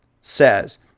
says